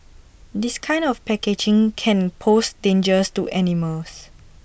this kind of packaging can pose dangers to animals